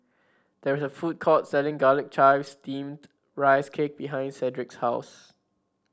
there is a food court selling Garlic Chives Steamed Rice Cake behind Cedric's house